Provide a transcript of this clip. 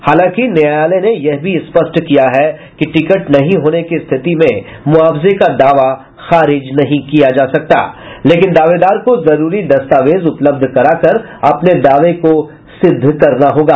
हालांकि न्यायालय ने यह भी स्पष्ट किया कि टिकट नहीं होने की स्थिति में मुआवजे का दावा खारिज नहीं किया जा सकता लेकिन दावेदार को जरूरी दस्तावेज उपलब्ध कराकर अपने दावे को सिद्ध करना होगा